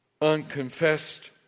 Unconfessed